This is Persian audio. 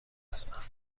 هستند